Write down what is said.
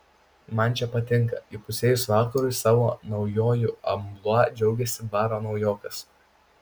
man čia patinka įpusėjus vakarui savo naujuoju amplua džiaugėsi baro naujokas